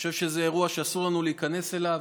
אני חושב שזה אירוע שאסור לנו להיכנס אליו.